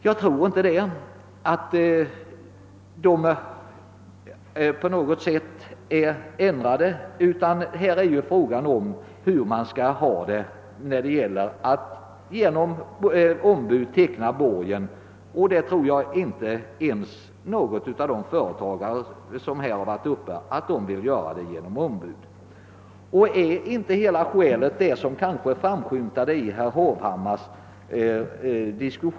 Jag tror inte att förhållandena är ändrade, utan frågan är hur man skall förfara när det gäller att genom ombud teckna borgen. Jag tror inte att någon av talesmännen för de fria företagarna, som tidigare yttrat sig i debatten, vill att teckning av borgen skall ske genom ombud.